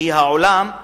שהיא העולם,